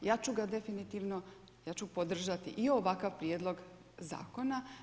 Ja ću ga definitivno, ja ću podržati i ovakav prijedlog zakona.